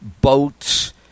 boats